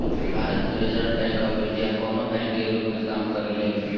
भारत में reserve bank of India कवनो bank के रूप में काम करेले